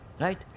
right